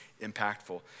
impactful